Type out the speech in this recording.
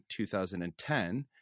2010